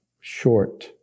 short